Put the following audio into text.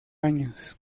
años